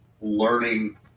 learning